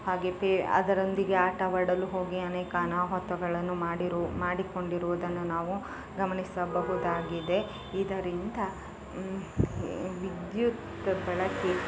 ಹಾಗೆ ಪೆ ಅದರೊಂದಿಗೆ ಆಟವಾಡಲು ಹೋಗಿ ಅನೇಕ ಅನಾಹುತಗಳನ್ನು ಮಾಡಿರು ಮಾಡಿಕೊಂಡಿರುವುದನ್ನು ನಾವು ಗಮನಿಸಬಹುದಾಗಿದೆ ಇದರಿಂದ ವಿದ್ಯುತ್ ಬಳಕೆ